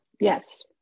Yes